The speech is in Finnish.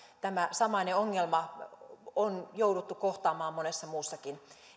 tämä samainen ongelma on jouduttu kohtaamaan monessa muussakin